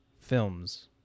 films